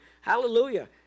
Hallelujah